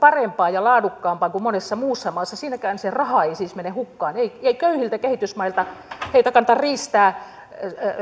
parempaa ja laadukkaampaa kuin monessa muussa maassa siinäkään se raha ei siis mene hukkaan ei köyhiltä kehitysmailta kannata riistää